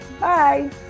Bye